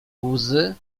łzy